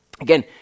Again